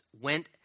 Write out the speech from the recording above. went